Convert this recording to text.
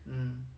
um